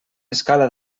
escala